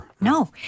No